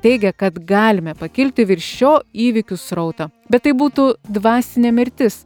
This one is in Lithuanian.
teigia kad galime pakilti virš šio įvykių srauto bet tai būtų dvasinė mirtis